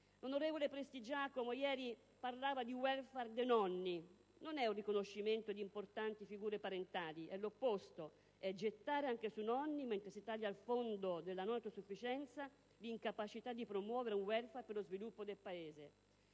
L'onorevole Prestigiacomo ieri parlava di «*welfare* dei nonni». Non è un riconoscimento di importanti figure parentali, ma l'opposto. È gettare anche sui nonni, mentre si taglia il fondo per la non autosufficienza, l'incapacità di promuovere un *welfare* per lo sviluppo del Paese.